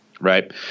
Right